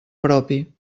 propi